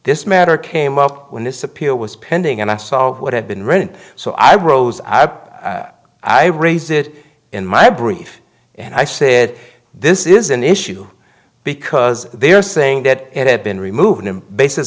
this matter came up when this appeal was pending and i saw what had been written so i rose i've i raise it in my brief and i said this is an issue because they are saying that it had been removed and basis